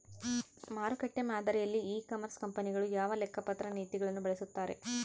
ಮಾರುಕಟ್ಟೆ ಮಾದರಿಯಲ್ಲಿ e commerce ಕಂಪನಿಗಳು ಯಾವ ಲೆಕ್ಕಪತ್ರ ನೇತಿಗಳನ್ನು ಬಳಸುತ್ತಾರೆ?